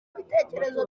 w’ibitekekerezo